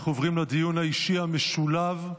אנחנו עוברים לדיון האישי המשולב,